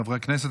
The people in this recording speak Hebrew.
חברי הכנסת,